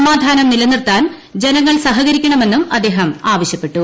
സമാധാനം നിലനിർത്താൻ ജനങ്ങൾ സഹകരിക്കണമെന്നും അദ്ദേഹം ആവശ്യപ്പെട്ടു